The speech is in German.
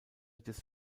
des